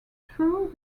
through